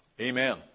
Amen